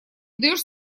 даешь